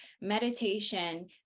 meditation